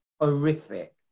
horrific